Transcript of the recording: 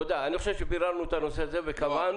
אני חושב שביררנו את הנושא הזה וקבענו